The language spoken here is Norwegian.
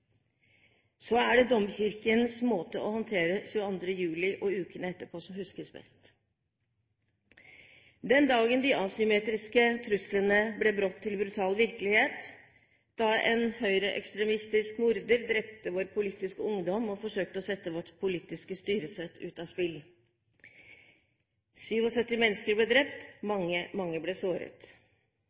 er det Domkirkens måte å håndtere 22. juli og ukene etterpå som huskes best – den dagen de asymmetriske truslene brått ble til brutal virkelighet da en høyreekstremistisk morder drepte vår politiske ungdom og forsøkte å sette vårt politiske styresett ut av spill. 77 mennesker ble drept. Mange ble såret.